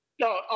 No